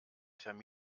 term